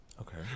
Okay